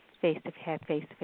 face-to-face